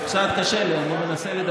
אני מודאגת.